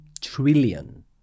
trillion